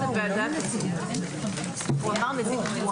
הישיבה ננעלה בשעה 13:40.